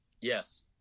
Yes